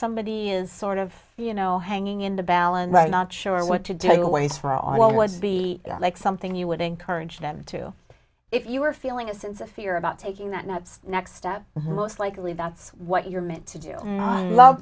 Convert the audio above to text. somebody is sort of you know hanging in the balance right not sure what to do you ways for all was to be like something you would encourage them to if you were feeling a sense of fear about taking that night's next step most likely that's what you're meant to do love